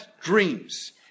dreams